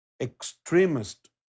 extremist